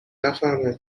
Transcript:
نفهمه